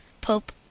pope